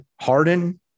Harden